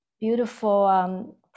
beautiful